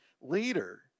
leader